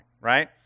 right